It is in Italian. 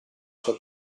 sua